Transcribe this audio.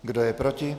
Kdo je proti?